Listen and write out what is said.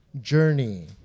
Journey